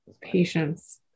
Patience